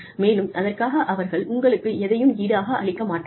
மேலும் அதற்காக அவர்கள் உங்களுக்கு எதையும் ஈடாக அளிக்க மாட்டார்கள்